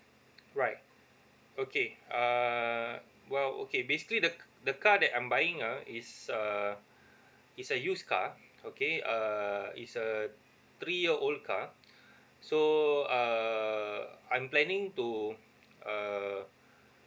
right okay uh well okay basically the the car that I'm buying ah it's a it's a used car okay err it's a three year old car so err I'm planning to err